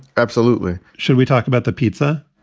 absolutely. should we talk about the pizza?